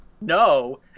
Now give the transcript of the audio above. No